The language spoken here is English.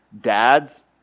dads